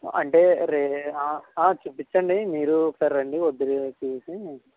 అంటే రే చూపించండి మీరు ఒకసారి రండి వద్దులే చూసి